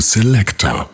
Selector